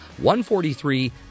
143